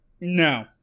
No